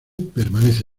permanece